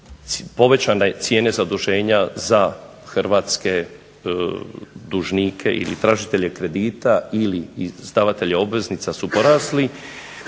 povećane cijene zaduženja za hrvatske dužnike ili tražitelje kredita ili izdavatelja obveznica su porasli